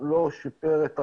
לא שיפר את הרמה,